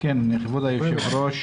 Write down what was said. כבוד היושב-ראש,